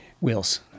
Wheels